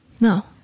No